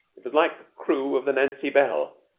it was like the crew of the nancy bell